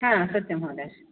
हा सत्यं महोदय